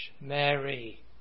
Mary